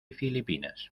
filipinas